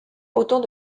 autant